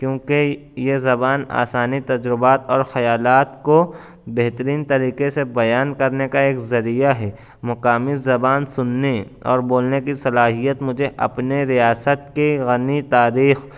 کیونکہ یہ زبان آسانی تجربات اور خیالات کو بہترین طریقے سے بیان کرنے کا ایک ذریعہ ہے مقامی زبان سُننے اور بولنے کی صلاحیت مجھے اپنے ریاست کے غنی تاریخ